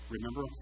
Remember